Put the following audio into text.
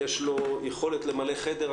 יש לו יכולת למלא חדר,